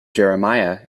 jeremiah